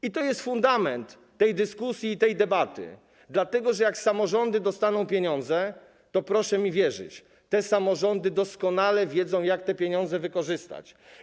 I to jest fundament tej dyskusji i tej debaty, dlatego że jak samorządy dostaną pieniądze, to proszę mi wierzyć, te samorządy doskonale wiedzą, jak te pieniądze wykorzystać.